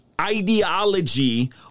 ideology